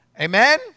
Amen